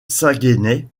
saguenay